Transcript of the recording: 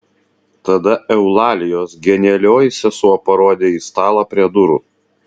tada eulalijos genialioji sesuo parodė į stalą prie durų